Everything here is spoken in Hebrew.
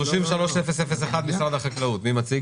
אם צרפתי רוצה להגיע למרכז קליטה, הוא לא מגיע?